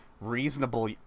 reasonable